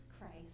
Christ